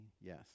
yes